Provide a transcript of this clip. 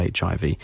HIV